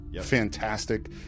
fantastic